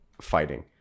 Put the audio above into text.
fighting